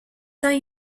temps